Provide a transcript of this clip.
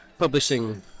publishing